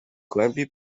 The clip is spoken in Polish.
głębi